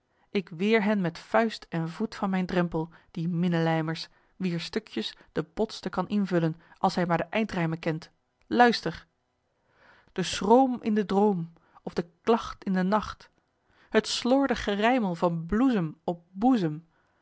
ik weer hen met vuist en voet van mijn drempel die minnelijmers wier stukjes de botste kan invullen als hij maar de eindrijmen kent luister de s c h r o o m in den d r o o